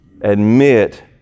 admit